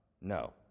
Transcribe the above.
No